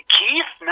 Keith